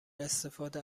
استفاده